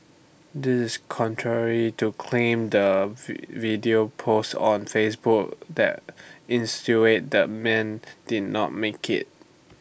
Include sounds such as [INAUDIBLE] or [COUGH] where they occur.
this is contrary to claim the [UNINTELLIGIBLE] video posted on Facebook that insinuated the man did not make IT